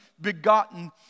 begotten